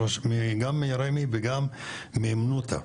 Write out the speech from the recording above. גם מרמ"י וגם מהימנותא,